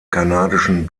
kanadischen